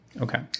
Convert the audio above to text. Okay